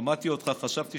כששמעתי אותך, חשבתי